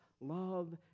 love